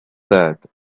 that